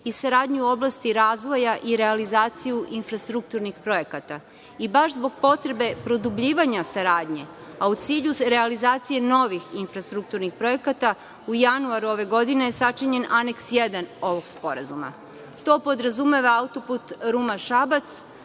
i saradnju u oblasti razvoja i realizaciju infrastrukturnih projekat. Baš zbog potrebe produbljivanja saradnje, a u cilju realizacije novih infrastrukturnih projekata, u januaru ove godine sačinjen je Aneks I ovog sporazuma. To podrazumeva auto-put Ruma-Šabac,